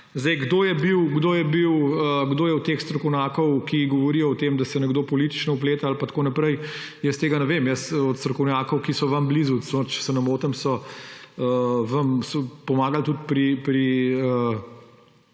tega vrha ne znamo. Kdo je od teh strokovnjakov, ki govorijo o tem, da se nekdo politično vpleta ali pa tako naprej, jaz tega ne vem. Od strokovnjakov ki so vam blizu, če se ne motim, so vam celo pomagali tudi pri